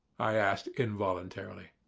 i asked involuntarily.